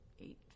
eight